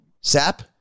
sap